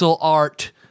art